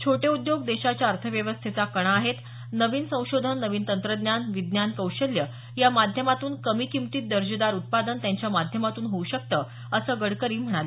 छोटे उद्योग देशाच्या अर्थव्यवस्थेचा कणा आहेत नवीन संशोधन नवीन तंत्रज्ञान विज्ञान कौशल्य या माध्यमातून कमी किंमतीत दर्जेदार उत्पादन त्यांच्या माध्यमातून होऊ शकतं असं गडकरी म्हणाले